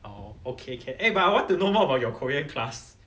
orh okay can eh but I want to know more about your korean class